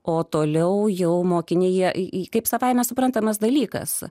o toliau jau mokinyje į kaip savaime suprantamas dalykas